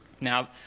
Now